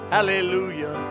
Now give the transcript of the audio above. Hallelujah